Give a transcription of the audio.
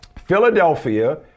Philadelphia